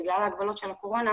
וגם ההגבלות של הקורונה,